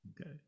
Okay